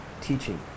teaching